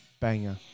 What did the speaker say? Banger